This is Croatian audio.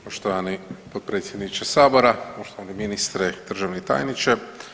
Poštovani potpredsjedniče sabora, poštovani ministre, državni tajniče.